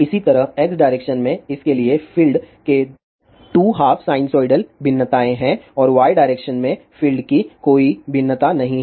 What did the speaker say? इसी तरह x direction में इसके लिए फील्ड के 2 हाफ साइनसोइडल भिन्नताएं हैं और y डायरेक्शन में फील्ड की कोई भिन्नता नहीं है